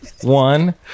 One